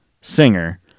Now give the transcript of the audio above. singer